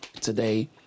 today